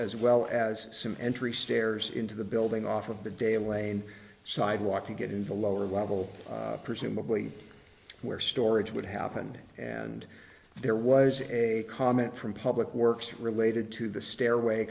as well as soon entry stairs into the building off of the de laine sidewalk to get in the lower level presumably where storage would happened and there was a comment from public works related to the stairway